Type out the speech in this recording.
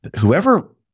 Whoever